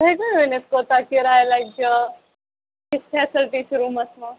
تُہۍ ہٮ۪کوٕ ؤنِتھ کوتاہ کِرایہ لَگہِ کِژھ فیسَلٹی چھِ روٗمَس منٛز